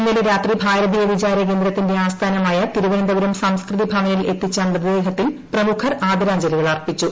ഇന്നലെ രാത്രി ഭാരതീയ വിചാരകേന്ദ്രത്തിന്റെ ആസ്ഥാനമായ തിരുവനന്തപുരം സംസ്കൃതി ഭവനിൽ എത്തിച്ച മൃതദേഹത്തിൽ പ്രമുഖർ ആദരാഞ്ജലികൾ അർപ്പിച്ചു